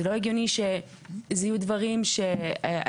זה לא הגיוני שיהיו דברים שהיישוב,